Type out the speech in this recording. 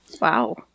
Wow